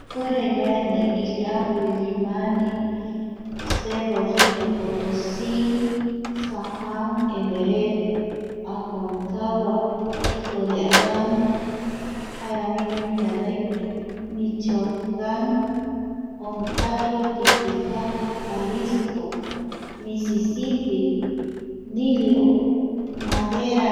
Ipure ñaenii, illampu, illimani, cerro rico porosi, sajam. everet, aconcagua, pico de adan jaeramiñovi ñanoi, michiocan, ontario, titicaca, jalisco, misisipi, nilo, madera